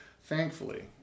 thankfully